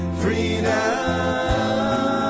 freedom